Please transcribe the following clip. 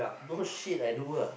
no shit I do ah